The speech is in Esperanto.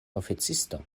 oficisto